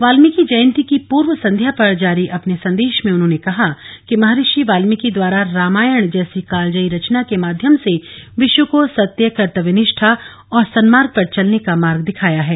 वाल्मीकि जयंती की पूर्व संध्या पर जारी अपने संदेश में उन्होंने कहा कि महर्षि वाल्मीकि द्वारा रोमायण जैसी कालजयी रचना के माध्यम से विश्व को सत्य कर्त्तव्यनिष्ठा और सन्मार्ग पर चलने का मार्ग दिखाया है